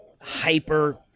hyper